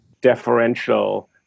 deferential